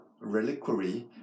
reliquary